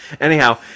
Anyhow